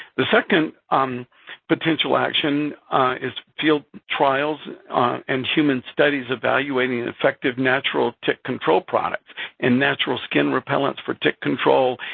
the second potential action is field trials and human studies evaluating effective natural tick control products and natural skin repellants for tick control